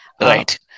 Right